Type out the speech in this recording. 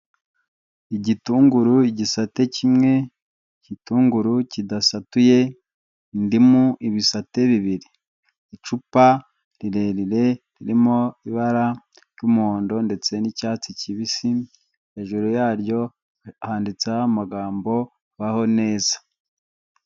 Igitunguru igisate kimwe, igitunguru kidasatuye, indimu ibisate bibiri, icupa rirerire ririmo ibara ry'umuhondo ndetse n'icyatsi kibisi, hejuru yaryo handitseho amagambo baho neza.